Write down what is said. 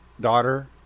daughter